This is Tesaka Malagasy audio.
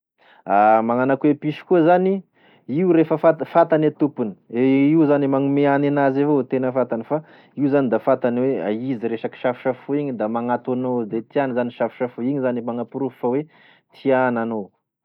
Magnano akoa e piso koa zany io rehefa fanta- fantany e tompony io zany magnome hany en'azy evao tena fantany fa io zany da fantany hoe aizy resaky safosafoy igny da magnanto anao de tiany zany safosafoy igny zany e magnamporofo fa hoe tiany anao.